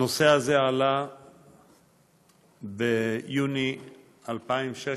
הנושא הזה עלה ביוני 2016,